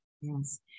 Yes